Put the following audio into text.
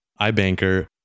iBanker